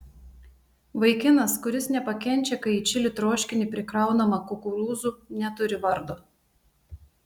vaikinas kuris nepakenčia kai į čili troškinį prikraunama kukurūzų neturi vardo